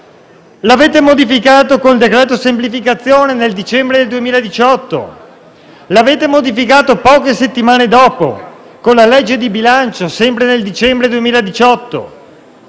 Lo avete modificato con il cosiddetto decreto semplificazione nel dicembre 2018, lo avete modificato poche settimane dopo con la legge di bilancio, sempre nel dicembre 2018.